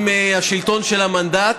בשלטון של המנדט,